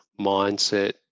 mindset